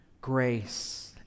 grace